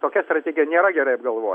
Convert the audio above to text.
tokia strategija nėra gerai apgalvo